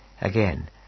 Again